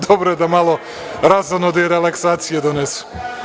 Dobro je da malo razonode i relaksacije donesu.